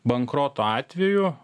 bankroto atveju